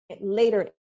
later